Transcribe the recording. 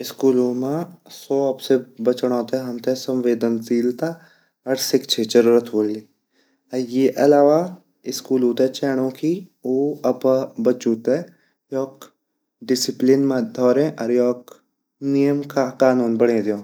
स्कूल मा शो-ऑफ से बचंडो ते हमते संवेदनशीलता अर शिक्षे जरुरत वोली अर येगा आलावा स्कूलु ते चैंडू की उ अपा बच्चू ते योक डिस्कप्लिन मा धोरे अर योक नियम-कानून बड़े ल्यो।